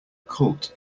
cult